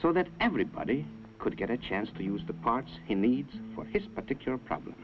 so that everybody could get a chance to use the parts in the needs for his particular problem